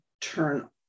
turn